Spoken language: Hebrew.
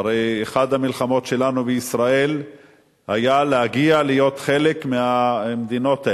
הרי אחת המלחמות שלנו בישראל היתה להגיע להיות אחת מהמדינות האלה.